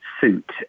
suit